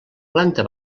planta